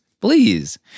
please